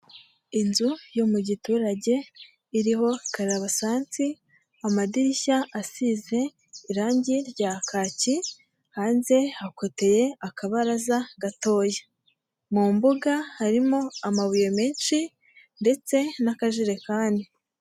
Inzu yo mu giturage iriho karabasansi, amadirishya asize irangi rya kaki, hanze hakoteye akabaraza gatoya. Mu mbuga harimo amabuye menshi ndetse n'akajerekani.